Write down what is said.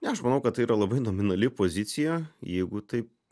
ne aš manau kad tai yra labai nominali pozicija jeigu taip